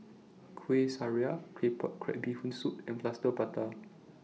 Kuih Syara Claypot Crab Bee Hoon Soup and Plaster Prata